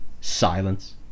Silence